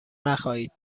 نخایید